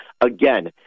Again